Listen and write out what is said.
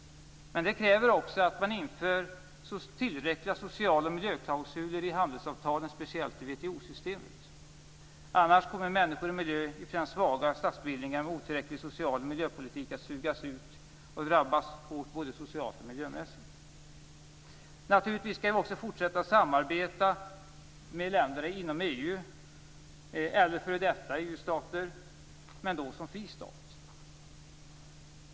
Men det kräver också att man inför tillräckliga social och miljöklausuler i handelsavtalen, speciellt i WTO systemet. Annars kommer människor och miljö i främst svaga statsbildningar med otillräcklig socialoch miljöpolitik att sugas ut och drabbas hårt, både socialt och miljömässigt. Naturligtvis skall vi också fortsätta att samarbeta med länderna inom EU eller f.d. EU-stater, men då som fri stat.